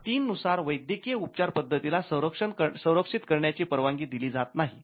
भाग ३ नुसार वैद्यकीय उपचार पद्धतीला संरक्षित करण्याची परवानगी दिली जात नाही